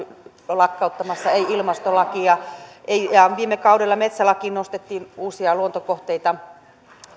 lakkauttamassa ei ilmastolakia ja viime kaudella metsälakiin nostettiin uusia luontokohteita